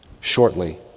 shortly